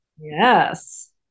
yes